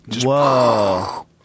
Whoa